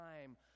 time